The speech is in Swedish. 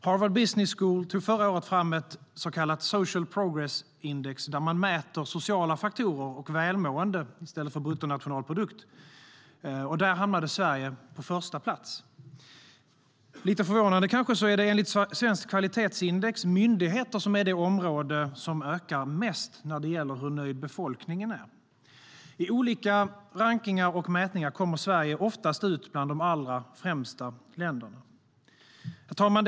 Harvard Business School tog förra året fram ett så kallat social progress index , där man mäter sociala faktorer och välmående i stället för bruttonationalprodukt. Där hamnade Sverige på första plats. Kanske lite förvånande är det enligt Svenskt Kvalitetsindex myndigheter som är det område som ökar mest när det gäller hur nöjd befolkningen är. I olika rankningar och mätningar kommer Sverige ofta ut bland de allra främsta länderna. Herr talman!